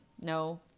no